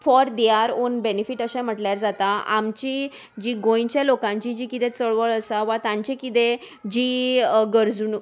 for their own benefit अशें म्हटल्यार जाता आमची जी गोंयच्या लोकांची जी कितें चळवळ आसा वा तांचे किदें जी गरजणूक